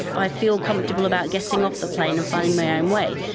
i feel comfortable about getting off the plane and finding my own way,